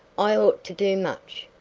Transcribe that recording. i ought to do much.